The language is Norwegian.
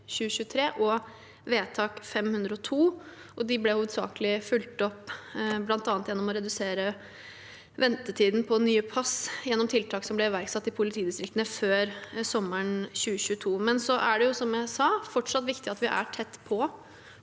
og vedtak 502. De ble hovedsakelig fulgt opp bl.a. gjennom å redusere ventetiden for nye pass gjennom tiltak som ble iverksatt i politidistriktene før sommeren 2022. Som jeg sa, er det fortsatt viktig at vi er tett på.